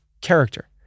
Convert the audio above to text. character